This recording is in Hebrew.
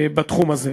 בתחום הזה.